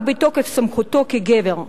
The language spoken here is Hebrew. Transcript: רק בתוקף סמכותו כגבר.